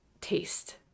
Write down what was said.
taste